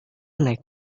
naik